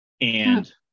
And-